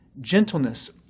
Gentleness